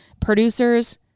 producers